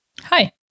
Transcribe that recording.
Hi